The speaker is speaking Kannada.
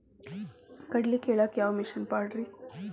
ಕಡ್ಲಿ ಕೇಳಾಕ ಯಾವ ಮಿಷನ್ ಪಾಡ್ರಿ?